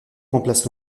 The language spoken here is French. remplacent